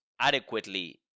adequately